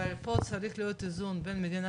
אבל פה צריך להיות איזון, בין מדינה